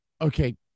okay